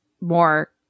more